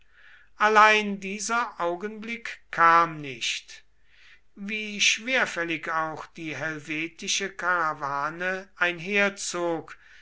allein dieser augenblick kam nicht wie schwerfällig auch die helvetische karawane einherzog